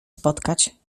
spotkać